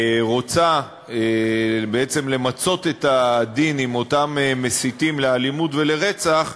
רוצה בעצם למצות את הדין עם אותם מסיתים לאלימות ולרצח,